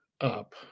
up